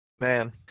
man